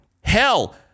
Hell